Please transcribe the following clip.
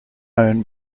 known